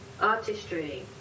artistry